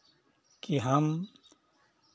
की हम